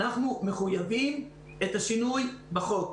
אנחנו מחויבים את השינוי בחוק.